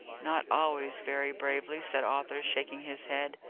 not always very bravely, said arthur, shaking his head.